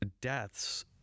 deaths